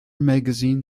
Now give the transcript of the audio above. magazine